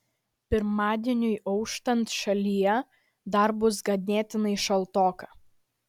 pirmadieniui auštant šalyje dar bus ganėtinai šaltoka